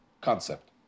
concept